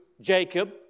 Jacob